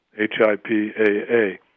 HIPAA